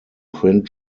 print